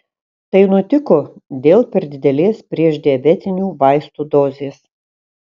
tai nutiko dėl per didelės priešdiabetinių vaistų dozės